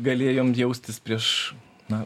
galėjom jaustis prieš na